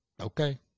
okay